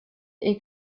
est